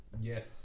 Yes